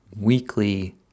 weekly